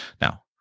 Now